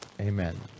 Amen